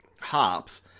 hops